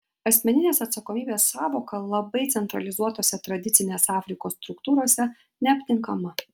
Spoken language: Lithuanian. asmeninės atsakomybės sąvoka labai centralizuotose tradicinėse afrikos struktūrose neaptinkama